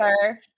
sir